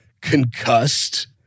concussed